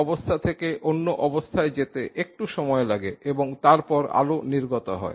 এক অবস্থা থেকে অন্য অবস্থায় যেতে একটু সময় লাগে এবং তারপর আলো নির্গত হয়